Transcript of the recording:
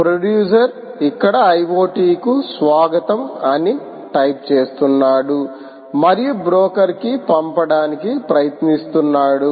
producer ఇక్కడ IoT కు స్వాగతం అని టైప్ చేస్తునాడు మరుయు బ్రోకర్ కి పంపడానికి ప్రయత్నిస్తున్నాడు